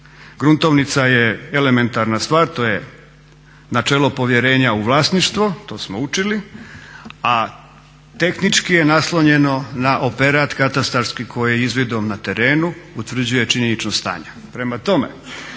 Gruntovnica je elementarna stvar. To je načelo povjerenja u vlasništvo, to smo učili, a tehnički je naslonjeno na operat katastarski koji izvidom na terenu utvrđuje činjenično stanje.